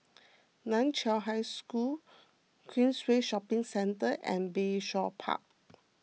Nan Chiau High School Queensway Shopping Centre and Bayshore Park